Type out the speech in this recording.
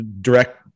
direct